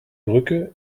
brücke